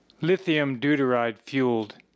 lithium-deuteride-fueled